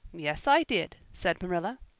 yes, i did, said marilla.